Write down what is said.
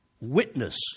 Witness